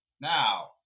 Now